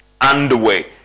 underway